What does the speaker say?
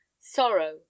sorrow